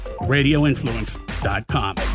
RadioInfluence.com